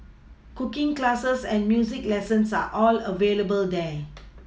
cooking classes and music lessons are all available there